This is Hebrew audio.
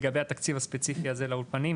לגבי התקציב הספציפי הזה לאולפנים,